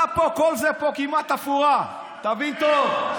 אתה פה, כל זה פה כמעט תפאורה, תבין טוב.